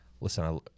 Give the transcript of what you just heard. listen